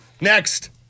next